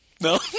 No